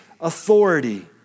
authority